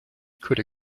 could